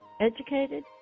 educated